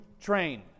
train